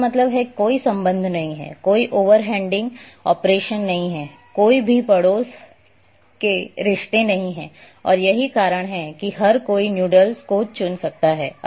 इसका मतलब है कि कोई संबंध नहीं है कोई ओवर हेडिंग ऑपरेशन नहीं है कोई भी पड़ोस के रिश्ते नहीं हैं और यही कारण है कि हर कोई नूडल्स को चुन सकता है